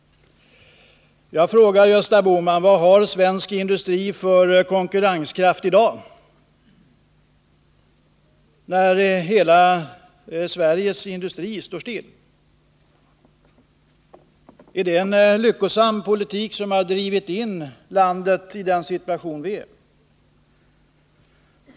Jag frågar Gösta Bohman: Vad har svensk industri för konkurrenskraft i dag, när hela Sveriges industri står still? Är det en lyckosam politik som har dragit in landet i den situation som vi är i?